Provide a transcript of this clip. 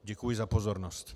Děkuji za pozornost.